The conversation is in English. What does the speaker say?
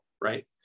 right